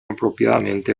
apropiadamente